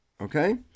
Okay